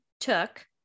Took